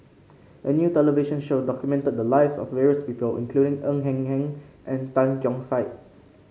a new television show documented the lives of various people including Ng Eng Hen and Tan Keong Saik